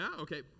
okay